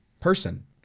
person